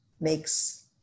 makes